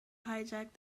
hijack